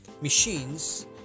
machines